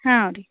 ಹಾಂ ರೀ